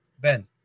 Ben